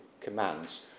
commands